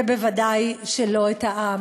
וודאי שלא את העם,